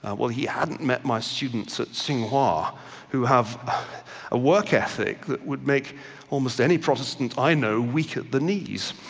well he hadn't met my students at singwa who have a work ethic that would make almost any protestant i know weak at the knees.